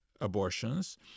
abortions